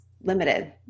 limited